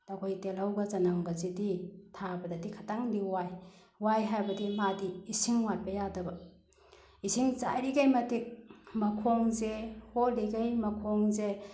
ꯑꯩꯈꯣꯏ ꯇꯦꯜꯍꯧꯒ ꯆꯅꯝꯒꯁꯤꯗꯤ ꯊꯥꯕꯗꯗꯤ ꯈꯇꯪꯗꯤ ꯋꯥꯏ ꯋꯥꯏ ꯍꯥꯏꯕꯗꯤ ꯃꯥꯗꯤ ꯏꯁꯤꯡ ꯋꯥꯠꯄ ꯌꯥꯗꯕ ꯏꯁꯤꯡ ꯆꯥꯏꯔꯤꯈꯩ ꯃꯇꯤꯛ ꯃꯈꯣꯡꯁꯦ ꯍꯣꯠꯂꯤꯈꯩ ꯃꯈꯣꯡꯁꯦ